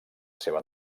seva